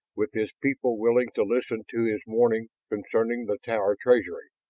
with his people willing to listen to his warning concerning the tower treasury.